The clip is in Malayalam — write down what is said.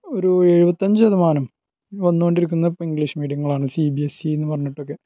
ഒരു എഴുപത്തി അഞ്ച് ശതമാനം വന്നു കൊണ്ടിരിക്കുന്നത് ഇപ്പം ഇങ്ക്ളീഷ് മീഡിയങ്ങളാണ് സീ ബീ എസ് ഇ എന്ന് പറഞ്ഞിട്ടൊക്കെ